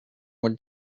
would